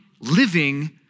living